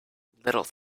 little